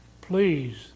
Please